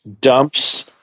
dumps